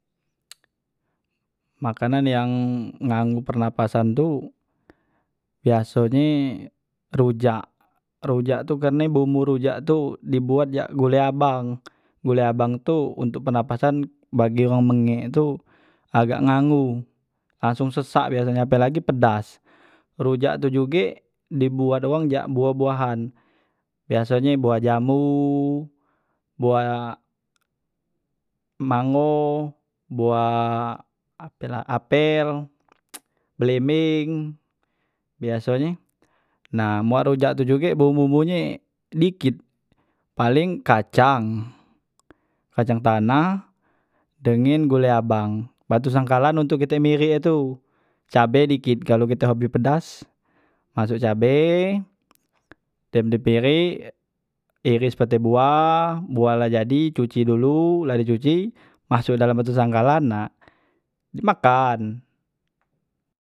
makanan yang ngangu pernapasan tu biasonye rujak, rujak tu karne bumbu rujak tu dibuat jak gule abang, gule abang tu untuk pernapasan bagi wong bengek tu agak ngangu langsung sesak biasonye pelagi pedas, rujak tu juge dibuat wong jak buah buah han biasonye buah jambu, buah mango, buah apela apel belembeng biasonye, nah man rujak tu juge bumbu bumbu nye dikit paleng kacang, kacang tanah dengen gule abang batu sangkalan untok kite mirek e tu cabe dikit kalu kite hobi pedas masok cabe dem di pirek, ires pete buah, buah la jadi cuci dulu la di cuci masok dalam batu sangkalan nah di makan.